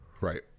Right